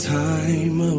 time